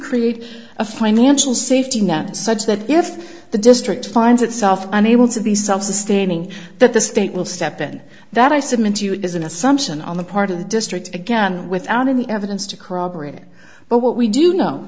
create a financial safety net such that if the district finds itself unable to be self sustaining that the state will step in that i submit to you it is an assumption on the part of the district again without any evidence to corroborate it but what we do know